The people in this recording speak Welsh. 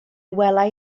welai